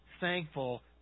thankful